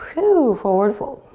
whew, forward fold.